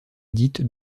édite